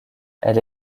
elle